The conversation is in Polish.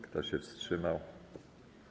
Kto się wstrzymał?